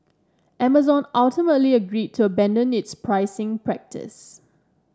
Amazon ultimately agreed to abandon its pricing practice